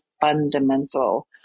fundamental